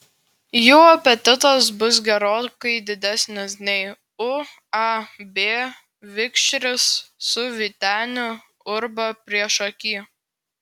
jų apetitas bus gerokai didesnis nei uab vikšris su vyteniu urba priešaky